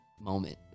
moment